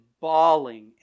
bawling